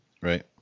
Right